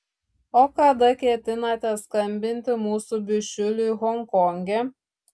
o kada ketinate skambinti mūsų bičiuliui honkonge